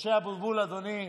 משה ארבל, אדוני,